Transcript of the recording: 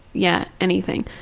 yeah, anything.